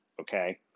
okay